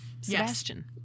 sebastian